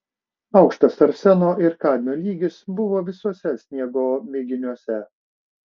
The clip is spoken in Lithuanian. aukštas arseno ir kadmio lygis buvo visuose sniego mėginiuose